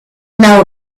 know